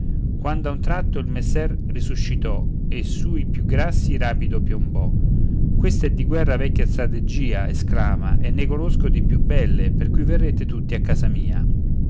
a un tratto il messer risuscitò e sui più grassi rapido piombò questa è di guerra vecchia strategia esclama e ne conosco di più belle per cui verrete tutti a casa mia